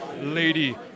lady